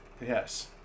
Yes